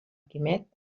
quimet